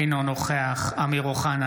אינו נוכח אמיר אוחנה,